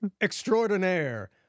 extraordinaire